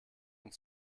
und